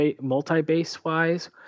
multi-base-wise